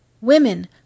women